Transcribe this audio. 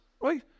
right